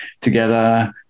together